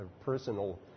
personal